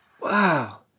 Wow